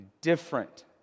different